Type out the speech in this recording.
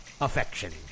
affection